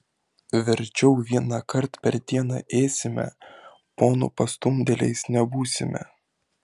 verčiau vienąkart per dieną ėsime ponų pastumdėliais nebūsime